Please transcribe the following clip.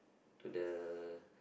to the